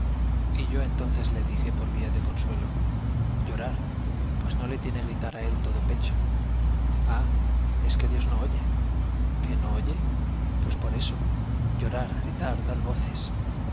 y yo entonces le dije por yía de consuelo llorar pues no le tiene gritar á todo pecho ah es que dios no oye que no oye pues por eso llorar gritar dar voces